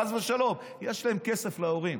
חס ושלום, יש להם כסף, להורים,